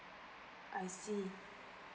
I see